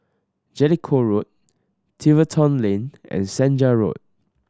Jellicoe Road Tiverton Lane and Senja Road